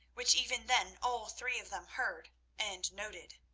which even then all three of them heard and noted.